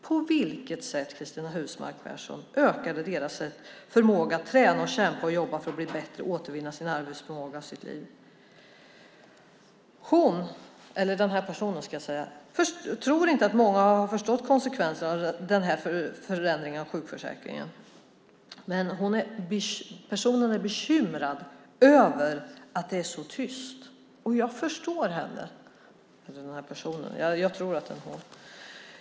På vilket sätt, Cristina Husmark Pehrsson, ökar det deras förmåga att träna, kämpa och jobba för att bli bättre och återvinna sin arbetsförmåga och sitt liv? Den här personen tror inte att många har förstått konsekvenserna av den här förändringen av sjukförsäkringen. Personen är bekymrad över att det är så tyst, och jag förstår henne.